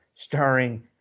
Starring